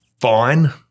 fine